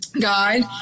guide